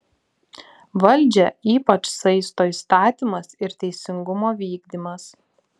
valdžią ypač saisto įstatymas ir teisingumo vykdymas